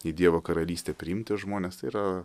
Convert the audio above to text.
į dievo karalystę priimti žmonės yra